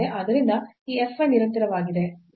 ಆದ್ದರಿಂದ ಈ f y ನಿರಂತರವಾಗಿದೆ